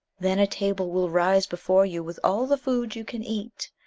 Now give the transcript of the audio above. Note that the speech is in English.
then a table will rise before you with all the food you can eat.